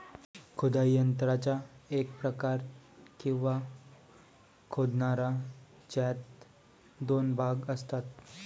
खोदाई यंत्राचा एक प्रकार, किंवा खोदणारा, ज्यात दोन भाग असतात